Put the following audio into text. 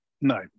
no